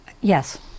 Yes